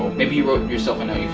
maybe you wrote yourself and